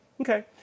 okay